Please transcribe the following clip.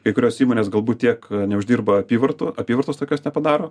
kai kurios įmonės galbūt tiek neuždirba apyvartų apyvartos tokios nepadaro